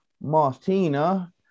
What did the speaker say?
Martina